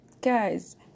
Guys